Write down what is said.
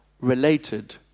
related